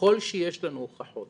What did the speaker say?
ככל שיש לנו הוכחות